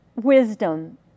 wisdom